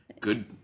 good